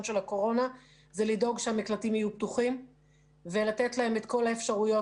של הקורונה זה לדאוג שהמקלטים יהיו פתוחים ולתת להם את כל האפשרויות